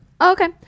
Okay